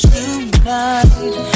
Tonight